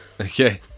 Okay